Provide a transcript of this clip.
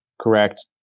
correct